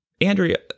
Andrea